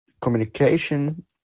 communication